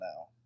now